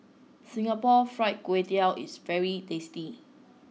Singapore Fried Kway Tiao is very tasty